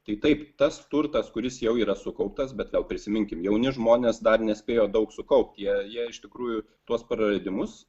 tai taip tas turtas kuris jau yra sukauptas bet gal prisiminkim jauni žmonės dar nespėjo daug sukaupt jie jie iš tikrųjų tuos praradimus